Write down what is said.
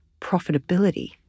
profitability